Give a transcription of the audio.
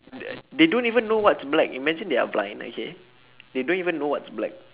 they don't even know what black imagine there are blind okay they don't even know what's black